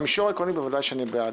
במישור העקרוני בוודאי שאני בעד.